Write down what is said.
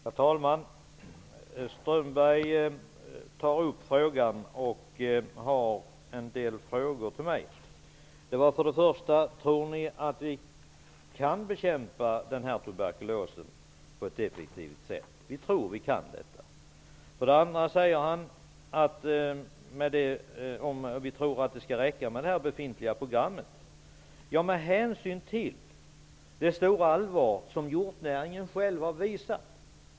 Herr talman! Strömberg ställer en del frågor till mig. För det första: Tror ni att tuberkulosen kan bekämpas på ett effektivt sätt? Ja, vi tror det. För det andra: Tror ni att det kommer att räcka med det befintliga programmet? Ja, det tror vi, med hänsyn till det stora allvar som hjortnäringen själv har visat.